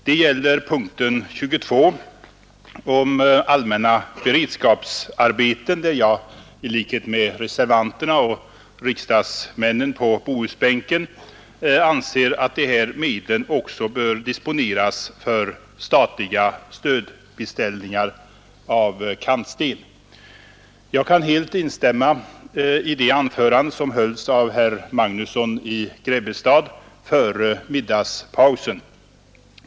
Det gäller punkten 22 om allmänna beredskapsarbeten, där jag i likhet med reservanterna och riksdagsmännen på Bohusbänken anser att dessa medel också bör disponeras för statliga stödbeställningar av kantsten. Jag kan helt instämma i det anförande som herr Magnusson i Grebbestad höll före middagspausen.